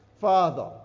father